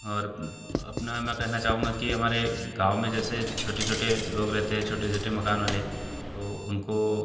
और अपना मैं कहना चाहूँगा कि हमारे गाँव में जैसे छोटे छोटे लोग रहते हैं छोटे छोटे मकान वाले तो उनको